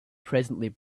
presently